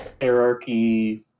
hierarchy